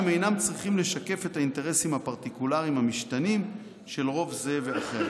הם אינם צריכים לשקף את האינטרסים הפרטיקולריים המשתנים של רוב זה ואחר